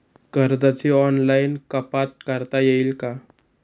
कर्जाची ऑनलाईन कपात करता येईल का?